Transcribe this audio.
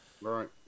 Right